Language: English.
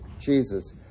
Jesus